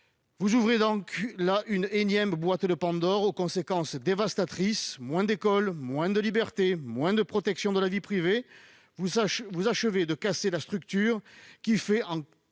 Vous ouvrez là une énième boîte de Pandore, aux conséquences dévastatrices. Moins d'écoles, moins de libertés, moins de protection de la vie privée : vous achevez de casser la structure qui assure